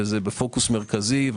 זה בפוקוס מרכזי.